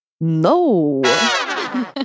No